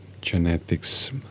genetics